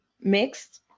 mixed